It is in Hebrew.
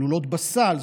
כלולות בסל,